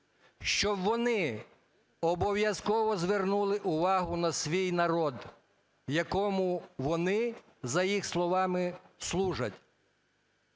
щоб вони обов'язково звернули увагу на свій народ, якому вони, за їх словами, служать.